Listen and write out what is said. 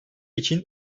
için